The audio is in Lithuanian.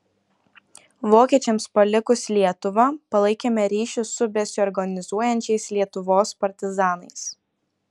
vokiečiams palikus lietuvą palaikėme ryšį su besiorganizuojančiais lietuvos partizanais